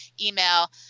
email